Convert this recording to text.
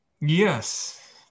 Yes